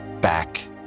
back